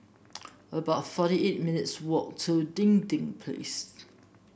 about forty eight minutes' walk to Dinding Place